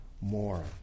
more